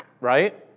Right